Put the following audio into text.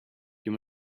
you